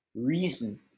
reason